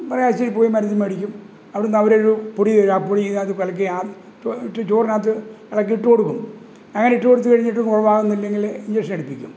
ഒരാഴ്ചയിൽപോയി മരുന്ന് മേടിക്കും അവിടുന്ന് അവരൊരു പൊടി തരും ആ പൊടി ഇതിനകത്ത് കലക്കിയാൽ ഇട്ട് ചോറിനകത്ത് ഇളക്കി ഇട്ട് കൊടുക്കും അങ്ങനെ ഇട്ട് കൊടുത്തു കഴിഞ്ഞിട്ടും കുറവാകുന്നില്ലെങ്കിൽ ഇഞ്ചക്ഷൻ എടുപ്പിക്കും